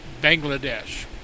Bangladesh